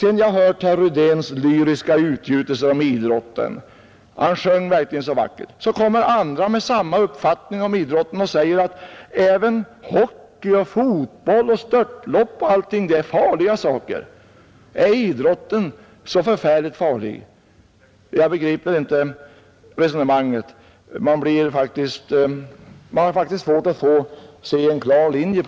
Efter herr Rydéns lyriska utgjutelser om idrotten — han sjöng verkligen vackert — kom andra med samma uppfattning om idrott och sade att även hockey, fotboll och störtlopp är farliga saker. Är idrotten så förfärligt farlig? Jag begriper inte resonemanget. Man har faktiskt svårt att se en klar linje.